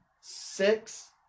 six